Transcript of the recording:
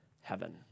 heaven